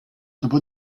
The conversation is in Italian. dopo